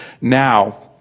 now